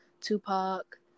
Tupac